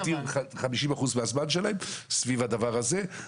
עיר עסוקים 50 אחוז מהזמן שלהם סביב הדבר הזה.